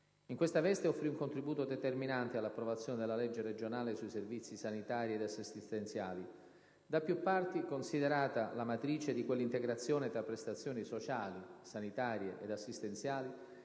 In questa veste offrì un contributo determinante all'approvazione della legge regionale sui servizi sanitari ed assistenziali, da più parti considerata la matrice di quell'integrazione tra prestazioni sociali, sanitarie ed assistenziali